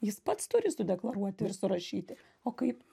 jis pats turi sudeklaruoti ir surašyti o kaip